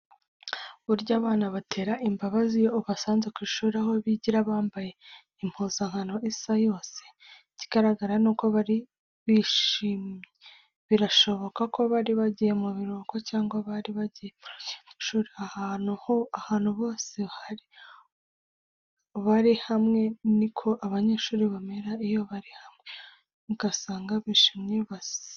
Burya abana batera imbabazi iyo ubasanze ku mashuri aho bigira, bambaye impuzankano isa yose. Ikigaragara nuko bari bishimye, birashoboka ko bari bagiye mu biruhuko cyangwa bari bagiye mu rugendoshuri ahantu bose bari hamwe niko abanyeshuri bamera iyo bari hamwe, usanga bishimye basakuza baseka.